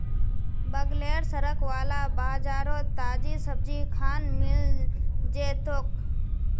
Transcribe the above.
बगलेर सड़क वाला बाजारोत ताजी सब्जिखान मिल जै तोक